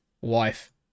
wife